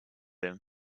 him